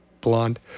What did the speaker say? blonde